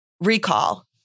recall